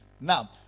Now